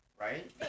Right